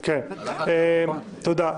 תודה.